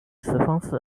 方式